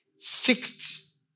Fixed